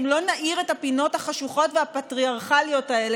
אם לא נאיר את הפינות החשוכות והפטריארכליות האלה,